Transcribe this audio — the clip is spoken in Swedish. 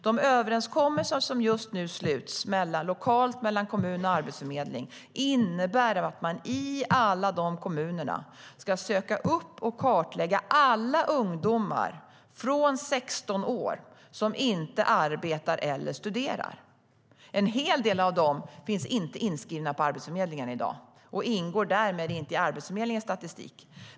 De överenskommelser som just nu sluts lokalt mellan kommun och arbetsförmedling innebär att man i alla kommuner ska söka upp och kartlägga alla ungdomar från 16 år som inte arbetar eller studerar. En hel del av dem finns inte inskrivna på Arbetsförmedlingen i dag och ingår därmed inte i Arbetsförmedlingens statistik.